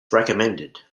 recommended